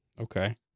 Okay